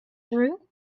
through